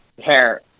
hair